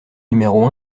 numéro